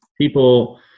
people